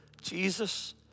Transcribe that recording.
Jesus